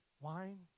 wine